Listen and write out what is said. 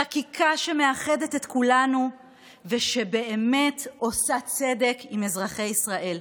חקיקה שמאחדת את כולנו ושבאמת עושה צדק עם אזרחי ישראל,